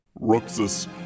Ruxus